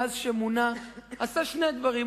מאז שמונה עשה שני דברים,